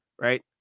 Right